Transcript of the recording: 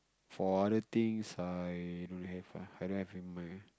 for other things I don't have ah I don't have in mind